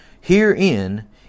Herein